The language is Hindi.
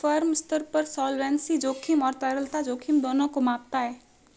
फर्म स्तर पर सॉल्वेंसी जोखिम और तरलता जोखिम दोनों को मापता है